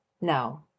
No